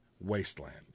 wasteland